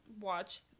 watch